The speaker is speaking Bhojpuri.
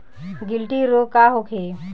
गिलटी रोग का होखे?